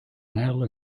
mail